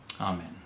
Amen